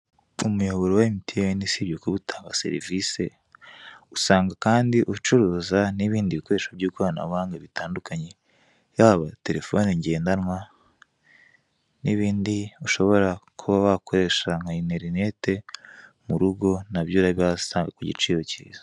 Umuyoboro wa MTN usibye kuba utanga serivise usanga kandi ucuruza n'ibindi bikoresho by'ikoranabuhanga bitandukanye, yababa telefoni ngendanwa n'ibindi ushobora kuba wakoresha nka interinete, mu rugo nabyo urabihasanga ku giciro kiza.